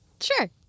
Sure